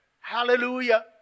Hallelujah